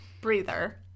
breather